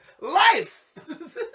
life